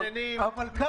תודה רבה, כבוד